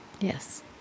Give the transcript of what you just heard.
yes